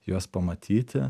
juos pamatyti